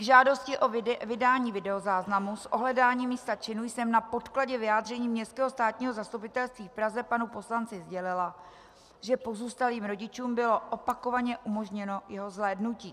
K žádosti o vydání videozáznamu z ohledání místa činu jsem na podkladě vyjádření Městského státního zastupitelství v Praze panu poslanci sdělila, že pozůstalým rodičům bylo opakovaně umožněno jeho zhlédnutí.